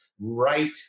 right